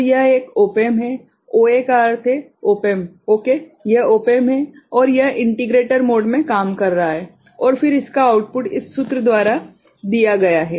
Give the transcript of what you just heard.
तो यह एक op amp है OA का अर्थ है Op Amp ok यह op amp है और यह इंटीग्रेटर मोड में काम कर रहा है और फिर इसका आउटपुट इस सूत्र द्वारा दिया गया है